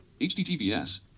HTTPS